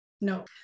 No